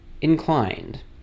inclined